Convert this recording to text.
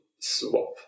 Swap